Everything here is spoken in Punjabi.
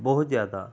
ਬਹੁਤ ਜ਼ਿਆਦਾ